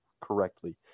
correctly